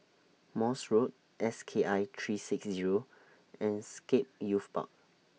Morse Road S K I three six Zero and Scape Youth Park